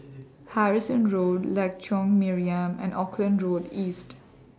Harrison Road Lengkok Mariam and Auckland Road East